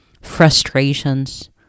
frustrations